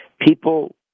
people